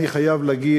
אני חייב להגיד,